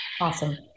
Awesome